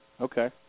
Okay